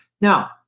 Now